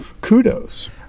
kudos